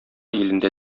илендә